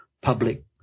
public